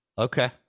Okay